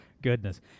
Goodness